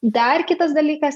dar kitas dalykas